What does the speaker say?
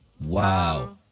Wow